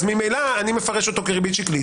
אז ממילא אני מפרש אותו כריבית שקלית.